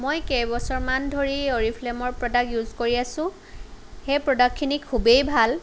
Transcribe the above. মই কেইবছৰমান ধৰি অৰিফ্লেমৰ প্ৰডাক্ট ইউজ কৰি আছো সেই প্ৰডাক্টখিনি খুবেই ভাল